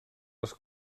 les